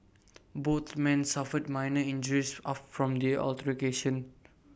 both man suffered minor injuries of from the altercation